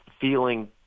feeling